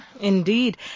Indeed